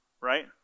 right